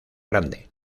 grande